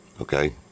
okay